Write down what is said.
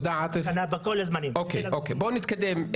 עאטף, בוא נתקדם.